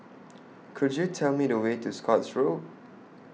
Could YOU Tell Me The Way to Scotts Road